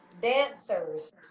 dancers